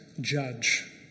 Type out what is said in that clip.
judge